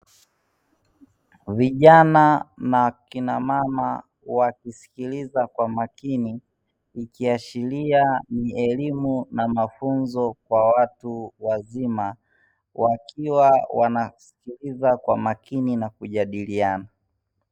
Vijana na akina mama wakisikiliza kwa makini, ikiashiria ni elimu na mafunzo kwa watu wazima wakiwa wanasikiliza kwa makini na kujadiliana.